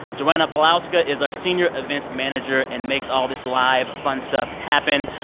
joanna pawlowska is our senior events manager and makes all this live fun stuff happen.